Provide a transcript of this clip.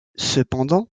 cependant